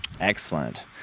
Excellent